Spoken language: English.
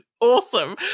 awesome